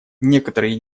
некоторые